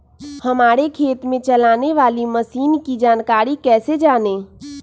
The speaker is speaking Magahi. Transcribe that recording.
हमारे खेत में चलाने वाली मशीन की जानकारी कैसे जाने?